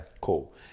Cool